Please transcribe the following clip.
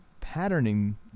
patterning